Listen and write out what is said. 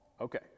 Okay